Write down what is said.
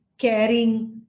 caring